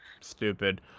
stupid